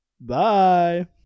Bye